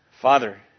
Father